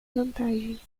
vantagens